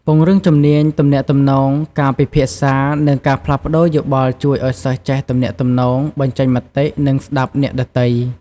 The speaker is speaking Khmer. ពង្រឹងជំនាញទំនាក់ទំនង ការពិភាក្សា និងការផ្លាស់ប្ដូរយោបល់ជួយឲ្យសិស្សចេះទំនាក់ទំនង បញ្ចេញមតិ និងស្ដាប់អ្នកដទៃ។